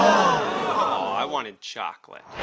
i wanted chocolate